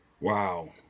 Wow